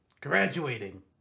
Graduating